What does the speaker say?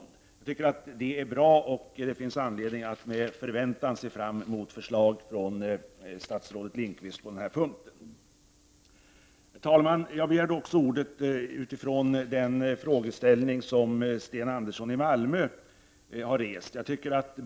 Det är bra, och det finns anledning att med förväntan se fram emot ett förslag på det här området från statsrådet Lindqvist. Jag begärde ordet också för att kommentera den frågeställning som Sten Andersson i Malmö har tagit upp.